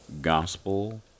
Gospel